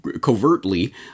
covertly